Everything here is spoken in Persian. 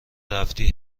رفتی